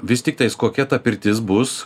vis tiktais kokia ta pirtis bus